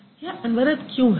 यह अनवरत क्यों है